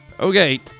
Okay